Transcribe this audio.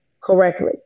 correctly